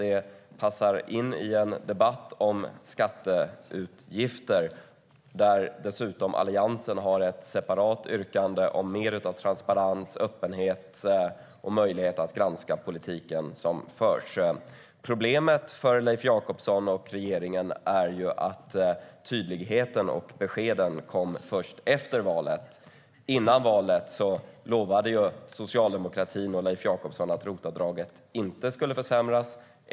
Det passar in i en debatt om skatteutgifter där dessutom Alliansen har ett separat yrkande om mer av transparens, öppenhet och möjlighet att granska den politik som förs. Problemet för Leif Jakobsson och regeringen är att tydligheten och beskeden kom först efter valet. Före valet lovade socialdemokratin och Leif Jakobsson att ROT-avdraget inte skulle försämras.